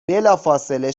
بلافاصله